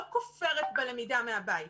אני לא כופרת בלמידה מהבית.